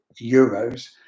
euros